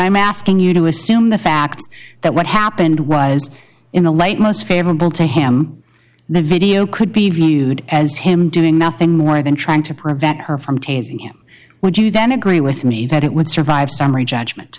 i'm asking you to assume the fact that what happened was in the light most favorable to him the video could be viewed as him doing nothing more than trying to prevent her from tasing him would you then agree with me that it would survive summary judgment